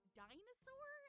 dinosaur